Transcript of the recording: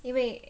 因为